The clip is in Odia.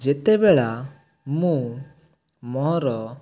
ଯେତେବେଳେ ମୁଁ ମୋର